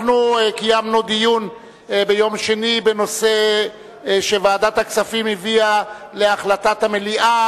אנחנו קיימנו דיון ביום שני בנושא שוועדת הכספים הביאה להחלטת המליאה.